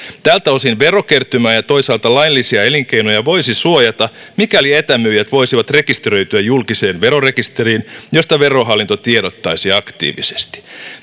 tältä osin verokertymää ja toisaalta laillisia elinkeinoja voisi suojata mikäli etämyyjät voisivat rekisteröityä julkiseen verorekisteriin josta verohallinto tiedottaisi aktiivisesti